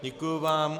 Děkuji vám.